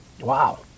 wow